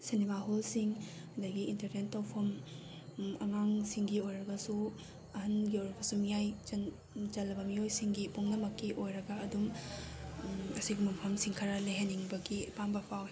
cinema ꯍꯣꯜꯁꯤꯡ ꯑꯗꯒꯤ entertain ꯇꯧꯐꯝ ꯑꯉꯥꯡꯁꯤꯡꯒꯤ ꯑꯣꯏꯔꯒꯁꯨ ꯑꯍꯟꯒꯤ ꯑꯣꯏꯔꯒꯁꯨ ꯃꯤꯌꯥꯏ ꯆꯜꯂꯕ ꯃꯤꯑꯣꯏꯁꯤꯡꯒꯤ ꯄꯨꯝꯅꯃꯛꯀꯤ ꯑꯣꯏꯔꯒ ꯑꯗꯨꯝ ꯑꯁꯤꯒꯨꯝꯕ ꯃꯐꯝꯁꯤꯡ ꯈꯔ ꯂꯩꯍꯟꯅꯤꯡꯕꯒꯤ ꯑꯄꯥꯝꯕ ꯐꯥꯎꯏ